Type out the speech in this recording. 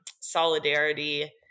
solidarity